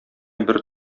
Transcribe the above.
бер